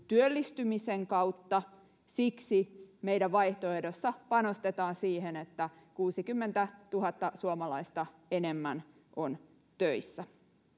työllistymisen kautta siksi meidän vaihtoehdossamme panostetaan siihen että kuusikymmentätuhatta suomalaista enemmän on töissä